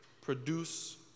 produce